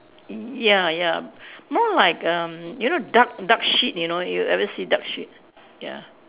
ya ya more like erm you know duck duck shit you know you ever see duck shit ya